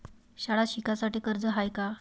शाळा शिकासाठी कर्ज हाय का?